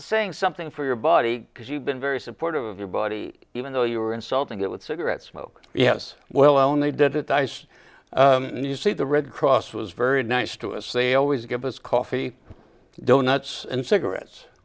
saying something for your body because you've been very supportive of your body even though you were insulting it with cigarette smoke yes well i only did it i said you see the red cross was very nice to us they always give us coffee donuts and cigarettes